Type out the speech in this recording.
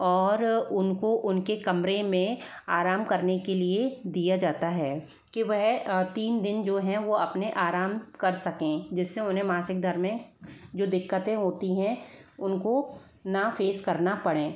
ओर उनको उनके कमरे में आराम करने के लिए दिया जाता है कि वह तीन दिन जो हैं वो अपने आराम कर सकें जिस से उन्हें मासिक दर में जो दिक्कतें होती हैं उनको न फ़ेस करना पड़े